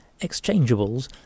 exchangeables